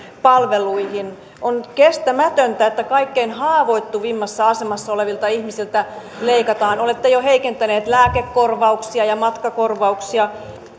palveluihin on kestämätöntä että kaikkein haavoittuvimmassa asemassa olevilta ihmisiltä leikataan olette jo heikentäneet lääkekorvauksia ja matkakorvauksia